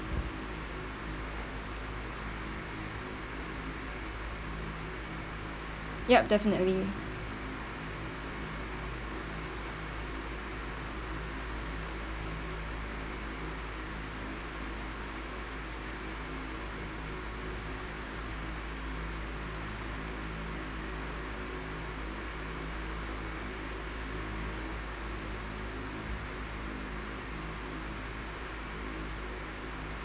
yup definitely